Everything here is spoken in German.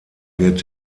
wird